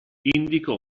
indicò